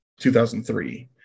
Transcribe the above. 2003